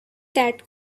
that